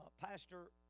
Pastor